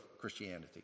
Christianity